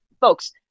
folks